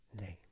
name